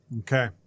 Okay